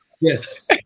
yes